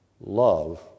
Love